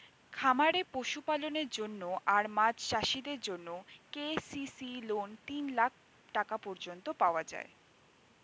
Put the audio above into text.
খামারে পশুপালনের জন্য আর মাছ চাষিদের জন্যে কে.সি.সি লোন তিন লাখ টাকা পর্যন্ত পাওয়া যায়